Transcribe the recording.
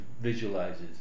visualizes